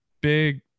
big